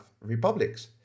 republics